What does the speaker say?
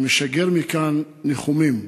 אני משגר מכאן ניחומים